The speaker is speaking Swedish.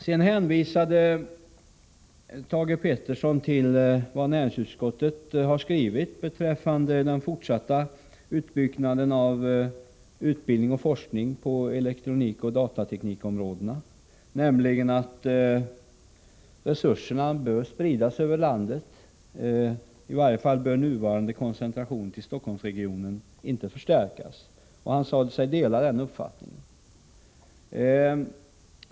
Thage Peterson hänvisade till vad näringsutskottet har skrivit om den fortsatta utbyggnaden av utbildning och forskning på elektronikoch datateknikområdena, nämligen att resurserna bör spridas över landet, i varje fall att nuvarande koncentration till Stockholmsregionen inte bör förstärkas. Han sade sig dela den uppfattningen.